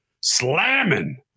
slamming